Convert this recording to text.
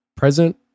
Present